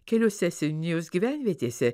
keliose seniūnijos gyvenvietėse